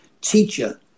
teacher